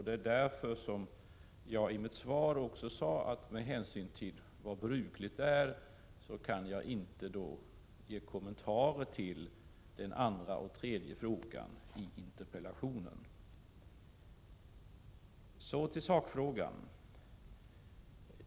Det är därför som jag i mitt svar också sade att jag med hänsyn till vad brukligt är inte kan kommentera andra och tredje frågan i interpellationen. Så till sakfrågan.